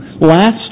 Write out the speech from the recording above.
last